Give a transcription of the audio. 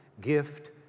gift